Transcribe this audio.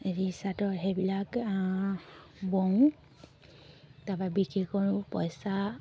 এৰা চাদৰ সেইবিলাক বওঁ তাৰপৰা বিক্ৰী কৰোঁ পইচা